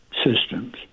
Systems